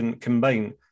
combine